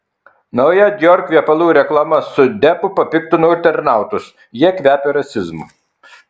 nauja dior kvepalų reklama su deppu papiktino internautus jie kvepia rasizmu